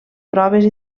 proves